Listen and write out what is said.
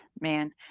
Man